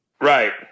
Right